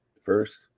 first